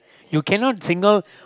you cannot single